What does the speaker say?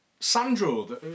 Sandro